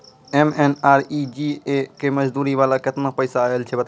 MNREGA के मज़दूरी वाला केतना पैसा आयल छै बताबू?